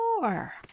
more